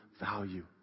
value